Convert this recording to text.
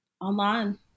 online